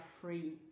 free